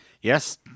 Yes